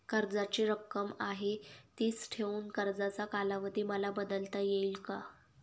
कर्जाची रक्कम आहे तिच ठेवून कर्जाचा कालावधी मला बदलता येईल का?